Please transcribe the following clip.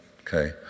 okay